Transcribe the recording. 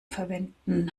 verwenden